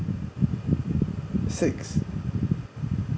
six